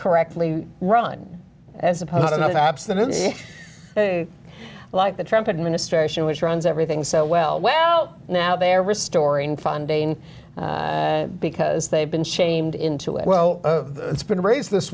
correctly run as opposed to not an abstinence like the trump administration which runs everything so well well now there restoring funding because they've been shamed into it well it's been raised this